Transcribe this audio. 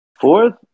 Fourth